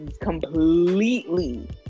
completely